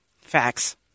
Facts